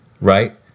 right